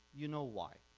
you know why.